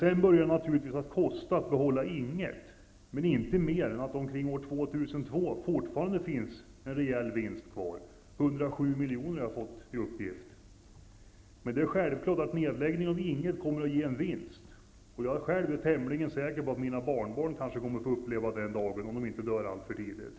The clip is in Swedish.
Sedan börjar det naturligtvis att kosta att behålla Ing 1, men inte mer än att det omkring år 2002 fortfarande finns en rejäl vinst kvar -- 107 miljoner har det uppgivits för mig. Men det är självklart att nedläggningen av Ing 1 kommer att ge en vinst. Jag är tämligen säker på att mina barnbarn kommer att få uppleva den dagen, om de inte dör alltför tidigt.